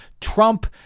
Trump